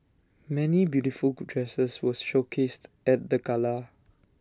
many beautiful dresses were showcased at the gala